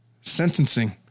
sentencing